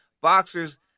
Boxers